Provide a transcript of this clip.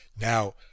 Now